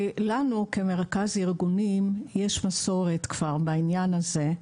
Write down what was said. לנו, כמרכז ארגונים, יש מסורת בעניין הזה.